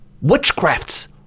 witchcrafts